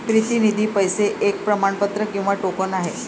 प्रतिनिधी पैसे एक प्रमाणपत्र किंवा टोकन आहे